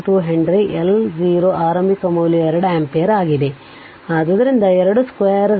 2 henry L 0 ಆರಂಭಿಕ ಮೌಲ್ಯವು 2 ampere ಆಗಿದೆ ಆದ್ದರಿಂದ 2 ಸ್ಕ್ವೇರ್ 0